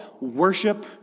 worship